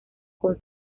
con